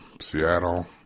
Seattle